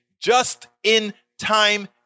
just-in-time